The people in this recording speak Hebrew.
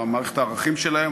במערכת הערכים שלהם.